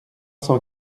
cent